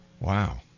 wow